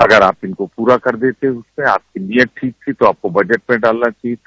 अगर आप इनको पूरा कर देते अगर उस पर आपकी नीयत ठीक थी तो उसे आपको बजट में डालना चाहिये था